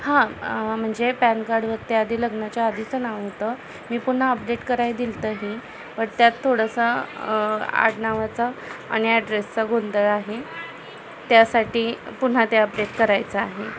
हां म्हणजे पॅन कार्डवरती आधी लग्नाच्या आधीचं नाव होतं मी पुन्हा अपडेट करायला दिलं होतं हे बट त्यात थोडंसं आडनावाचं आणि ॲड्रेसचा गोंधळ आहे त्यासाठी पुन्हा ते अपडेट करायचं आहे